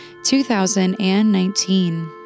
2019